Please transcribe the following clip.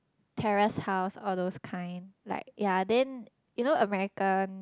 terrace house all those kind like ya then you know American